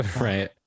Right